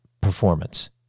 performance